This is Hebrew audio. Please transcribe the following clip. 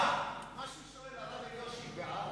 מה שאתה שואל, הרב אלישיב בעד?